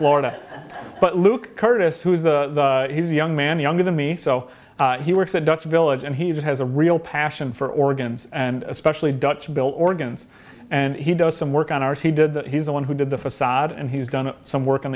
florida but look curtis who is the young man younger than me so he works at dutch village and he has a real passion for organs and especially dutch bill organs and he does some work on ars he did that he's the one who did the facade and he's done some work on